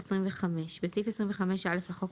סעיף 2519.בסעיף 25(א) לחוק העיקרי,